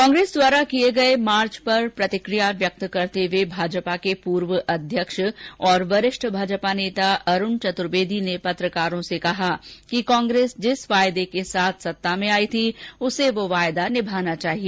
कांग्रेस द्वारा किए गए मार्च पर प्रतिकिया व्यक्त करते हुए भाजपा के पूर्व अध्यक्ष और वरिष्ठ भाजपा नेता अरूण चतुर्वेदी ने पत्रकारों से कहा कि कांग्रेसी जिस वादे के साथ सत्ता में आई उसे वह वादा निभाना चाहिए